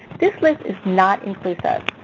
this list is not inclusive.